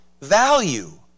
value